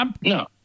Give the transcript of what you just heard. No